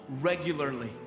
regularly